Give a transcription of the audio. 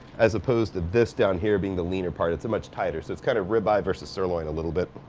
as opposed to this down here being the leaner part, it's much tighter. so it's kind of rib eye versus sirloin a little bit.